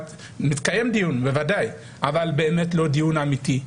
מתקיים דיון, בוודאי, אבל לא דיון אמיתי.